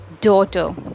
daughter